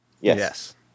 Yes